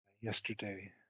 yesterday